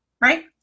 right